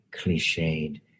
cliched